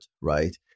right